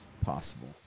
Possible